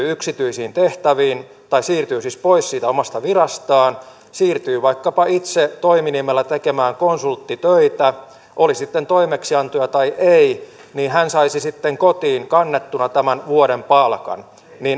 yksityisiin tehtäviin tai siirtyy siis pois siitä omasta virastaan siirtyy vaikkapa itse toiminimellä tekemään konsulttitöitä oli sitten toimeksiantoja tai ei niin hän saisi sitten kotiin kannettuna vuoden palkan